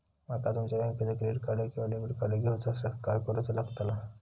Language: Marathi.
माका तुमच्या बँकेचा क्रेडिट कार्ड किंवा डेबिट कार्ड घेऊचा असल्यास काय करूचा लागताला?